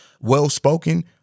well-spoken